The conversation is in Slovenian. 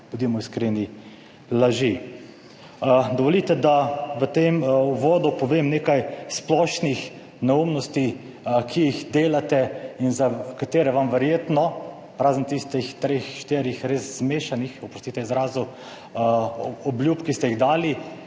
bodimo iskreni, laži. Dovolite, da v tem uvodu povem nekaj splošnih neumnosti, ki jih delate in za katere verjetno – razen tistih treh, štirih res zmešanih, oprostite izrazu, obljub, ki ste jih dali